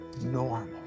normal